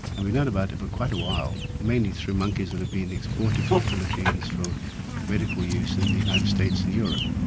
and we've known about it for quite a whil e mainly through monkeys that have been exported from the philippines for medical use in the united states and europe.